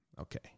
Okay